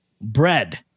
bread